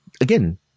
again